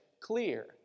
clear